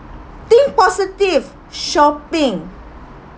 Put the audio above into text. think positive shopping